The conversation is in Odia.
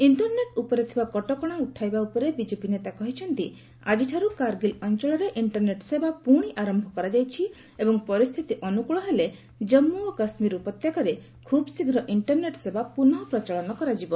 ଇଣ୍ଟରନେଟ୍ ଉପରେ ଥିବା କଟକଣା ଉଠାଇବା ଉପରେ ବିଜେପି ନେତା କହିଛନ୍ତି ଆଜିଠାର୍ଚ କାର୍ଗିଲ୍ ଅଞ୍ଚଳରେ ଇଷ୍ଟରନେଟ୍ ସେବା ପୁଣି ଆରମ୍ଭ କରାଯାଇଛି ଏବଂ ପରିସ୍ଥିତି ଅନୁକୂଳ ହେଲେ ଜାମ୍ମୁ ଓ କାଶ୍ମୀର ଉପତ୍ୟକାରେ ଖୁବ୍ ଶୀଘ୍ର ଇଣ୍ଟରନେଟ୍ ସେବା ପୁନଃ ପ୍ରଚଳନ କରାଯିବ